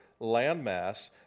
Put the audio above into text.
landmass